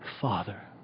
Father